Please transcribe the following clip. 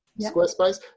Squarespace